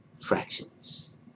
fractions